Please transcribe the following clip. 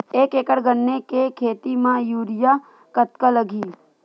एक एकड़ गन्ने के खेती म यूरिया कतका लगही?